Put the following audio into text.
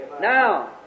Now